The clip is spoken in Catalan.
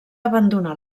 abandonar